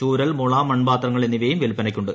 ചൂരൽ മുള മൺപാത്രങ്ങൾ എന്നിവയും വിൽപ്പനയ്ക്കുകുണ്ട്